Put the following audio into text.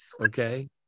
Okay